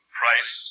price